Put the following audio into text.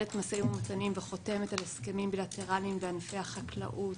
מנהלת משאים ומתנים וחותמת על הסכמים בילטרליים בענפי החקלאות,